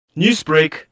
Newsbreak